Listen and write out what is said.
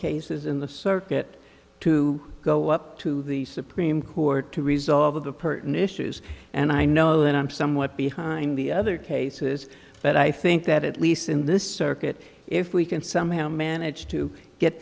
cases in the circuit to go up to the supreme court to resolve the purton issues and i know that i'm somewhat behind the other cases but i think that at least in this circuit if we can somehow manage to get